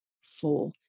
four